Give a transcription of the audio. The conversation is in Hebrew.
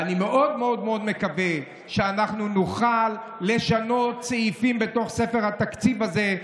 אני מאוד מאוד מקווה שנוכל לשנות סעיפים בתוך ספר התקציב הזה,